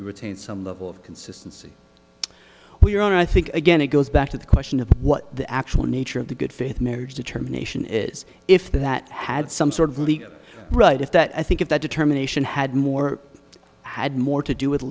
retain some level of consistency we're on i think again it goes back to the question of what the actual nature of the good faith marriage determination is if that had some sort of legal right if that i think if that determination had more had more to do with